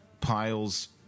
piles